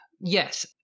Yes